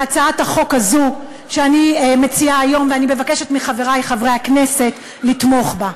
בהצעת החוק הזאת שאני מציעה היום ואני מבקשת מחברי חברי הכנסת לתמוך בה.